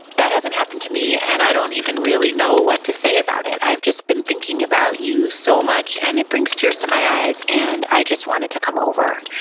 that hasn't happened to me, and i don't even really know what to say about it. i've just been thinking about you so much, and it brings tears to my eyes. and i just wanted to come over.